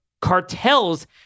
cartels